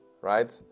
right